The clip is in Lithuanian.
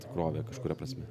tikrovė kažkuria prasme